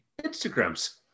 Instagrams